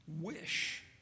wish